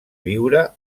viure